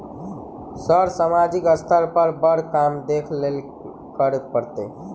Sir सामाजिक स्तर पर बर काम देख लैलकी करऽ परतै?